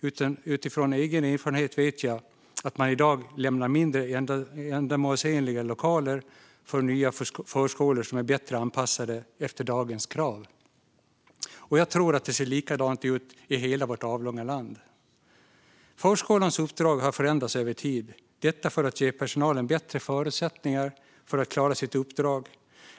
Utifrån egen erfarenhet vet jag att man i dag lämnar mindre ändamålsenliga lokaler för nya förskolor som är bättre anpassade efter dagens krav. Och jag tror att det ser likadant ut i hela vårt avlånga land. Förskolans uppdrag har förändrats över tid, detta för att ge personalen bättre förutsättningar att klara sitt uppdrag.